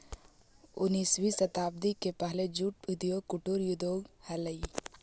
उन्नीसवीं शताब्दी के पहले जूट उद्योग कुटीर उद्योग हलइ